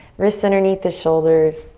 wrists underneath the shoulders.